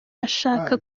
ashaka